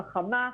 חכמה,